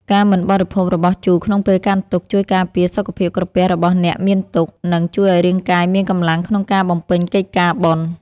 ការមិនបរិភោគរបស់ជូរក្នុងពេលកាន់ទុក្ខជួយការពារសុខភាពក្រពះរបស់អ្នកមានទុក្ខ និង ជួយឱ្យរាងកាយមានកម្លាំងក្នុងការបំពេញកិច្ចការបុណ្យ។